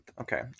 okay